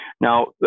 Now